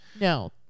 No